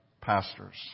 pastors